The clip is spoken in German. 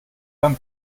beim